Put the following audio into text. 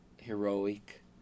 heroic